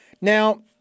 Now